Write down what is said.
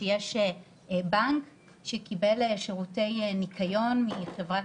שיש בנק שקיבל שירותי ניקיון מחברת